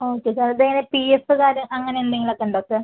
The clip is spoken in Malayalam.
ഓക്കെ സാർ വേറെ പിഎസുകാര് അങ്ങനെ എന്തെങ്കിലും ഒക്കെ ഉണ്ടോ സാർ